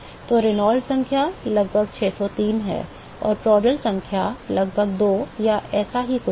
तो रेनॉल्ड्स संख्या लगभग 603 है और प्रांटल संख्या लगभग 2 या ऐसा ही कुछ है